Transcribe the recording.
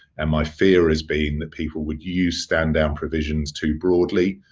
and my fear is being that people would use stand-down provisions too broadly,